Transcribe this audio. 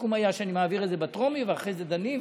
הסיכום היה שאני מעביר את זה בטרומי ואחרי זה דנים,